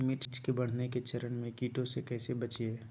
मिर्च के बढ़ने के चरण में कीटों से कैसे बचये?